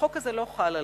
שהחוק הזה לא חל עליה.